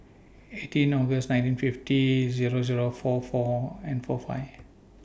eighteen August nineteen fifty Zero Zero four four and four five